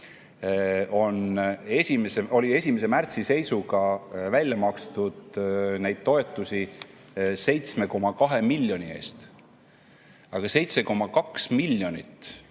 meetme puhul oli 1. märtsi seisuga välja makstud neid toetusi 7,2 miljoni eest, aga 7,2 miljonit